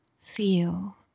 feel